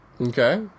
Okay